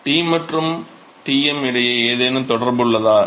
T மற்றும் Tm இடையே ஏதேனும் தொடர்பு உள்ளதா